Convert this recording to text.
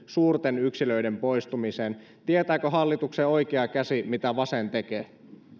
suurten yksilöiden poistumiseen tietääkö hallituksen oikea käsi mitä vasen tekee